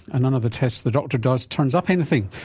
and none of the tests the doctor does turns up anything.